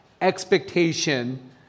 expectation